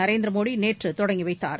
நரேந்திர மோடி நேற்று தொடங்கி வைத்தார்